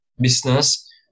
business